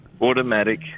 automatic